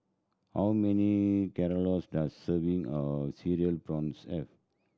how many does serving of Cereal Prawns have